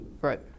Right